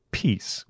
peace